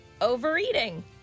overeating